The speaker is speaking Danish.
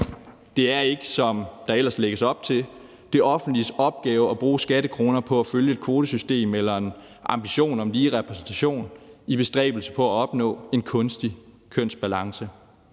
Det er ikke, som der ellers lægges op til, det offentliges opgave at bruge skattekroner på at lave et kvotesystem eller forfølge en ambition om at få lige repræsentation i bestræbelsen på at opnå en kunstig kønsbalance.